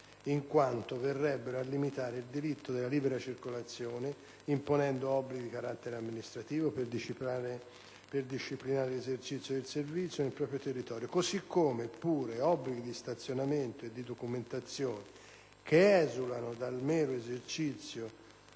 in quanto verrebbero a limitare il diritto della libera circolazione, imponendo obblighi di carattere amministrativo per disciplinare l'esercizio del servizio nel proprio territorio, così come pure obblighi di stazionamento e di documentazione, che esulano dal mero esercizio